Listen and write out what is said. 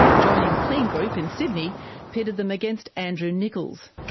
joining kleen group in sydney pitted them against andrew nickolls,